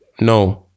no